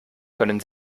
können